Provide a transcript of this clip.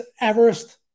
Everest